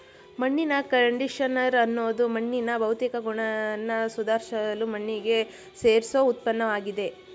ಮಣ್ಣಿನ ಕಂಡಿಷನರ್ ಅನ್ನೋದು ಮಣ್ಣಿನ ಭೌತಿಕ ಗುಣನ ಸುಧಾರ್ಸಲು ಮಣ್ಣಿಗೆ ಸೇರ್ಸೋ ಉತ್ಪನ್ನಆಗಿದೆ